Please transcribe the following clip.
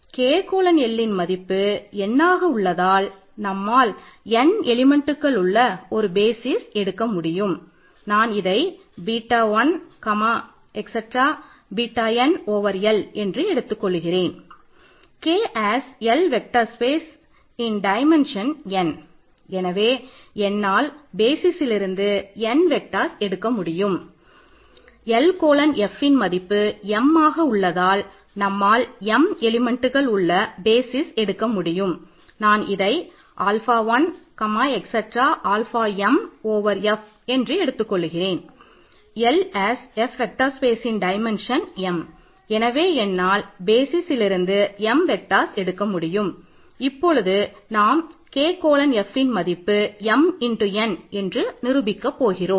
K colon Fன் மதிப்பு m n என்று நிரூபிக்க போகிறோம்